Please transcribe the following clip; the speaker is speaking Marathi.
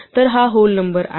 तर हा होल नंबर आहे